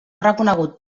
reconegut